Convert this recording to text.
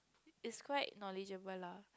is quite knowledgeable lah